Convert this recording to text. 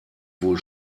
wohl